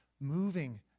moving